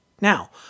Now